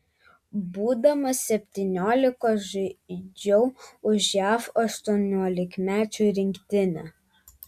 būdamas septyniolikos žaidžiau už jav aštuoniolikmečių rinktinę